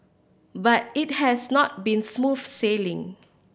but it has not been smooth sailing